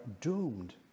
doomed